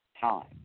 time